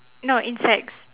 no insects